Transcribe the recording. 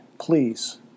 please